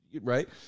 right